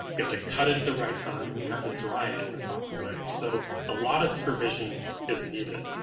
you have to cut it at the right time and you have to dry it in the proper way. so a lot of supervision is needed.